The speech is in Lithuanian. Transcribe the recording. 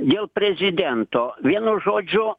dėl prezidento vienu žodžiu